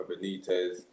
Benitez